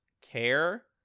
care